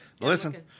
Listen